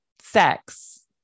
sex